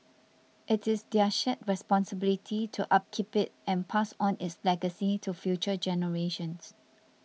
it is their shared responsibility to upkeep it and pass on its legacy to future generations